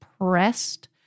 pressed